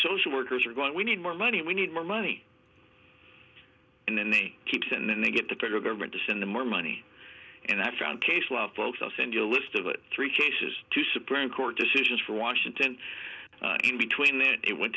social workers are going we need more money we need more money and then they keep it and then they get the federal government to send them more money and i found case law folks i'll send you a list of it three cases two supreme court decisions from washington in between then it went